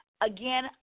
Again